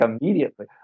immediately